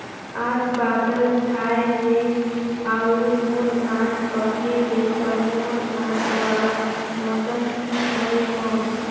आज बादल छाय हे अउर मोर धान पके हे ता मोर धान बार मौसम ठीक हवय कौन?